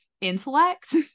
intellect